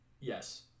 Yes